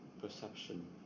perception